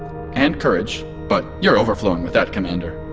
and courage. but you're overflowing with that, commander